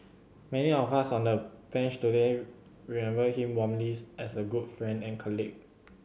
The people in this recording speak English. many of us on the Bench today remember him warmly as a good friend and colleague